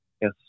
Yes